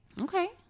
Okay